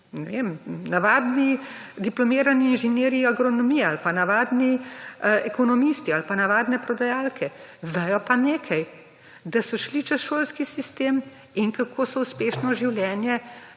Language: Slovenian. navadni diplomirani inženirji agronomije ali pa navadni ekonomisti ali pa navadne prodajalke, vejo pa nekaj, da so šli čez šolski sistem in kako so uspešno življenje,